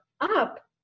up